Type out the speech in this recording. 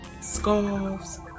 scarves